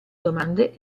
domande